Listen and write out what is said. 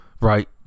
right